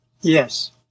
Yes